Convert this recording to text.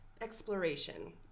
exploration